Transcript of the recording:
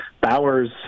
Bowers